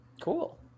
Cool